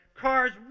cars